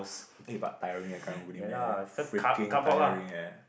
eh but tiring eh karang guni man freaking tiring eh